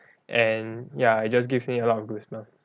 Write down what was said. and ya it just gives me a lot of goosebumps